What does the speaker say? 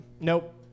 nope